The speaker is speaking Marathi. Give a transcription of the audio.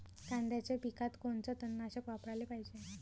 कांद्याच्या पिकात कोनचं तननाशक वापराले पायजे?